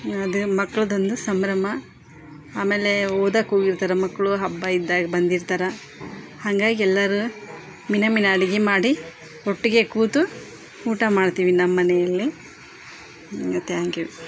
ಅದೇ ಮಕ್ಕಳದ್ದೊಂದು ಸಂಭ್ರಮ ಆಮೇಲೆ ಓದೋಕೆ ಹೋಗಿರ್ತಾರೆ ಮಕ್ಕಳು ಹಬ್ಬ ಇದ್ದಾಗ ಬಂದಿರ್ತಾರೆ ಹಂಗಾಗಿ ಎಲ್ಲರೂ ಮಿಣ ಮಿಣ ಅಡ್ಗೆ ಮಾಡಿ ಒಟ್ಟಿಗೆ ಕೂತು ಊಟ ಮಾಡ್ತೀವಿ ನಮ್ಮನೆಯಲ್ಲಿ ತ್ಯಾಂಕ್ ಯು